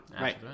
right